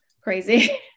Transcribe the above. crazy